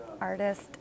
artist